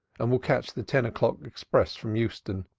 and we'll catch the ten o'clock express from euston.